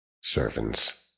Servants